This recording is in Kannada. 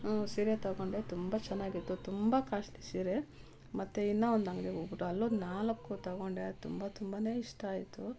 ಹ್ಞೂ ಸೀರೆ ತಗೊಂಡೆ ತುಂಬ ಚೆನ್ನಾಗಿತ್ತು ತುಂಬ ಕಾಸ್ಟ್ಲಿ ಸೀರೆ ಮತ್ತು ಇನ್ನು ಒಂದು ಅಂಗ್ಡಿಗೆ ಹೋಗ್ಬುಟ್ಟು ಅಲ್ಲೊಂದು ನಾಲ್ಕು ತಗೊಂಡೆ ತುಂಬ ತುಂಬಾ ಇಷ್ಟ ಆಯಿತು